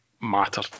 matter